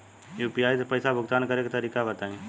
UPI से पईसा भुगतान करे के तरीका बताई?